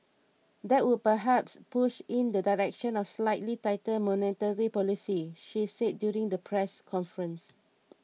that would perhaps push in the direction of slightly tighter monetary policy she said during the press conference